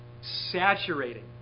saturating